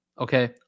okay